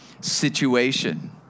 situation